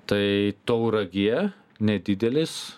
tai tauragė nedidelis